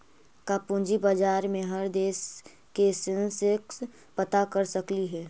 का पूंजी बाजार में हर देश के सेंसेक्स पता कर सकली हे?